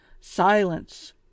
Silence